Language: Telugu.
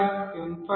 m5